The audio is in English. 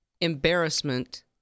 embarrassment